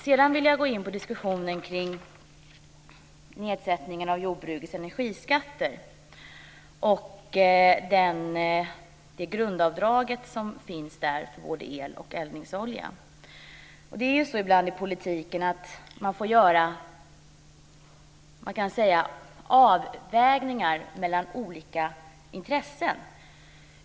Sedan vill jag gå in på diskussionen kring nedsättningen av jordbrukets energiskatter och det grundavdrag som finns där för el och eldningsolja. Ibland får man i politiken göra avvägningar mellan olika intressen.